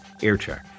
aircheck